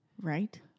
Right